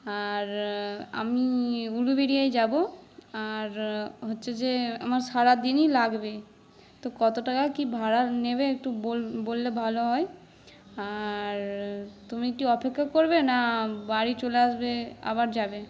আর আমি উলুবেড়িয়ায় যাবো আর হচ্ছে যে আমার সারাদিনই লাগবে তো কত টাকা কী ভাড়া নেবে একটু বললে ভালো হয় আর তুমি কি অপেক্ষা করবে না বাড়ি চলে আসবে আবার যাবে